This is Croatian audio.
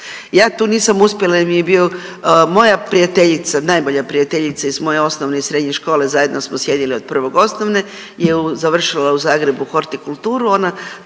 Ja tu nisam uspjela jel mi je bio, moja prijateljica, najbolja prijateljica iz moje osnovne i srednje škole, zajedno smo sjedile od prvog osnovne je završila u Zagrebu hortikulturu, ona